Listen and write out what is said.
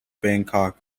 bangkok